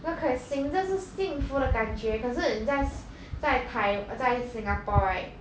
这可以醒着是幸福的感觉可是你在 s~ 在台在 singapore right